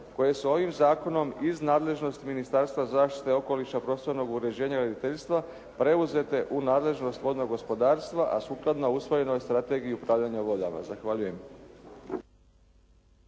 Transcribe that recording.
koje su ovim zakonom iz nadležnosti Ministarstva zaštite okoliša, prostornog uređenja i graditeljstva preuzete u nadležnost vodnog gospodarstva a sukladno usvojenoj Strategiji upravljanja vodama. Zahvaljujem.